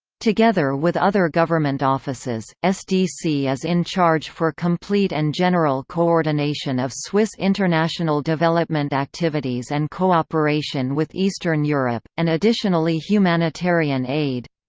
together with other government offices, sdc is in charge for complete and general coordination of swiss international development activities and cooperation with eastern europe, and additionally humanitarian aid.